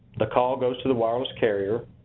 the call goes to the wireless carrier,